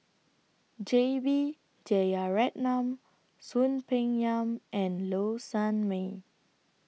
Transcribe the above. J B Jeyaretnam Soon Peng Yam and Low Sanmay